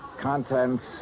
Contents